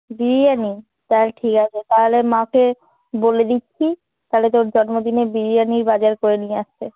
বিরিয়ানি তাহলে ঠিক আছে তাহলে মাকে বলে দিচ্ছি তাহলে তোর জন্মদিনে বিরিয়ানির বাজার করে নিয়ে আসতে